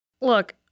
Look